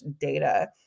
data